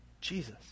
Jesus